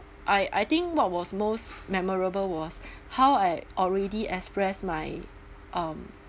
I I think what was most memorable was how I already express my um